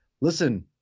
listen